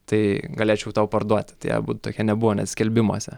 tai galėčiau tau parduoti tai abu tokie nebuvo net skelbimuose